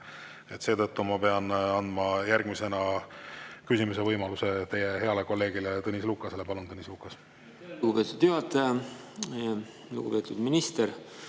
Seetõttu ma pean andma järgmisena küsimise võimaluse teie heale kolleegile Tõnis Lukasele. Palun, Tõnis Lukas! Lugupeetud juhataja! Lugupeetud minister!